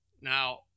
Now